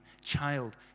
Child